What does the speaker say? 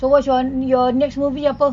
so what's you want next movie apa